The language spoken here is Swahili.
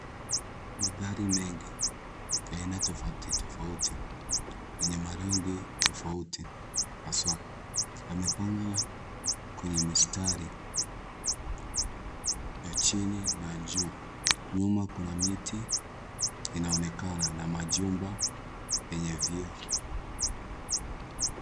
Magari mengi, ya aina tofautitofauti, yenye marangi tofauti haswa, yamepangwa kwenye mistari ya chini na juu. Nyuma kuna miti inaonekana na majumba ya vioo.